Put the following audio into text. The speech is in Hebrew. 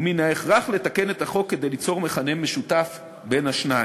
ומן ההכרח לתקן את החוק כדי ליצור מכנה משותף בין השניים.